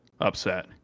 upset